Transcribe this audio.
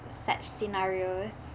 such scenarios